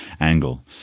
angle